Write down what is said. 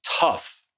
tough